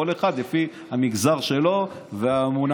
כל אחד לפי המגזר שלו והאמונה שלו.